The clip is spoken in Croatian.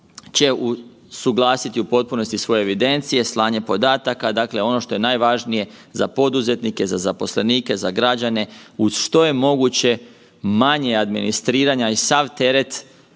će usuglasiti u potpunosti svoje evidencije, slanje podataka, dakle ono što je najvažnije za poduzetnike, za zaposlenike, za građane u što je moguće manje administriranja i sav teret